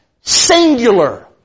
singular